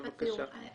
בבקשה.